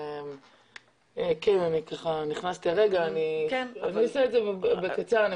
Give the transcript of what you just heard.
אני אעשה את זה בקצר.